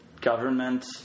government